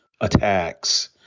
attacks